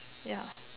ya